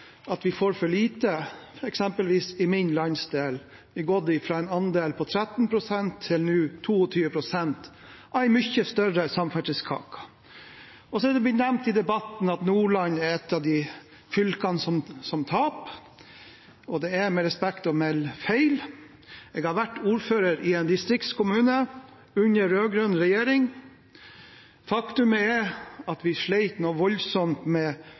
at vi får for lite eksempelvis i min landsdel, som har gått fra en andel på 13 pst. til nå 22 pst. – av en mye større samferdselskake. Det ble nevnt i debatten at Nordland er et av de fylkene som taper. Det er med respekt å melde feil. Jeg har vært ordfører i en distriktskommune under rød-grønn regjering. Faktum er at vi slet noe voldsomt med